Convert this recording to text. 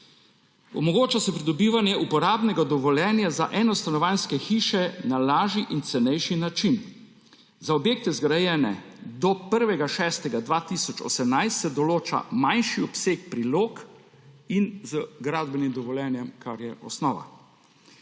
Omogoča se pridobivanje uporabnega dovoljenja za enostanovanjske hiše na lažji in cenejši način. Za objekte, zgrajene do 1. 6. 2018, se določa manjši obseg prilog in z gradbenim dovoljenjem, kar je osnova.